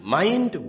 mind